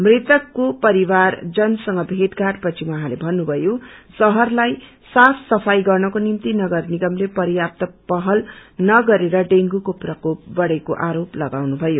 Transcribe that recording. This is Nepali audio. मृतकको परिवार जनसंग भेट घाट पछि उहाँले भन्नुभयो शहरलाई साफ सुाई पगर्नको निम्ति नगर निगम पर्याप्त पहलनरत्रगरेर डेँगूको प्रकोप बढेको आरोप लगाउनुभयो